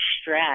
stress